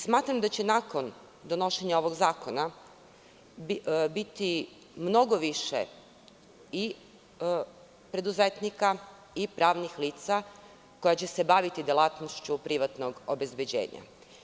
Smatram da će nakon donošenja ovog zakona biti mnogo više i preduzetnika i pravnih lica koji će se baviti delatnošću privatnog obezbeđenja.